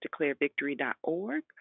DeclareVictory.org